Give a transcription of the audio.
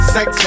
Sex